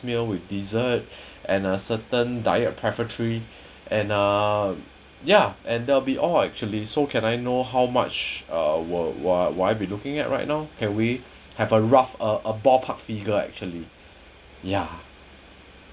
meal with dessert and a certain diet prefertary and uh ya and that'll be all actually so can I know how much uh will will will I be looking at right now can we have a rough a a ball park figure actually ya